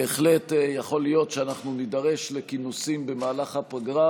בהחלט יכול להיות שנידרש לכינוסים במהלך הפגרה,